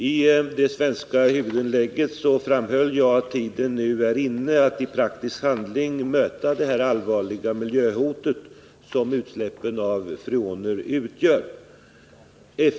I det svenska huvudinlägget framhöll jag att tiden nu är inne att i praktisk handling möta det allvarliga miljöhot som utsläppen av freoner utgör.